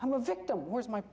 i'm a victim where's my